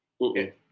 Okay